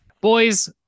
Boys